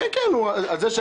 כן, בסדר.